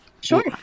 Sure